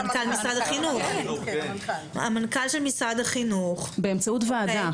של משרד החינוך- -- באמצעות ועדה.